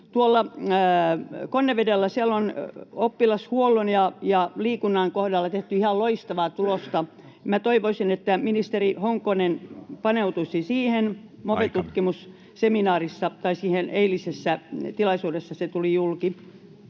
tuolla Konnevedellä on oppilashuollon ja liikunnan kohdalla tehty ihan loistavaa tulosta. Minä toivoisin, että ministeri Honkonen paneutuisi siihen. [Puhemies: Aika!] Move-tutkimusseminaarissa tai siis eilisessä tilaisuudessa se tuli julki.